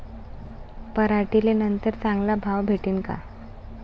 पराटीले नंतर चांगला भाव भेटीन का?